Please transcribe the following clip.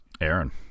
aaron